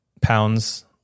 pounds